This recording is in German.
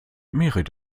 merit